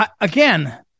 Again